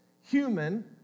human